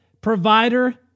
provider